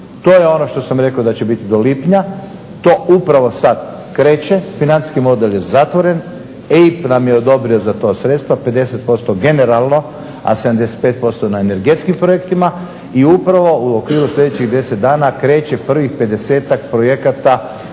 to je ono što sam rekao da će biti do lipnja. To upravo sad kreće, financijski model je zatvoren, EIB nam je odobrio za to sredstva, 50% generalno, a 75% na energetskim projektima i upravo u okviru sljedećih 10 dana kreće prvih 50-tak projekata